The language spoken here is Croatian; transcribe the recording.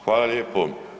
Hvala lijepo.